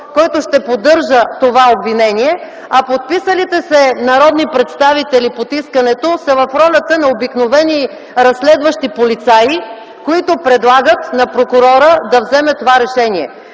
който ще поддържа това обвинение, а подписалите се народни представители под искането са в ролята на обикновени разследващи полицаи, които предлагат на прокурора да вземе това решение.